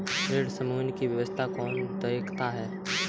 ऋण समूहन की व्यवस्था कौन देखता है?